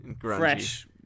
fresh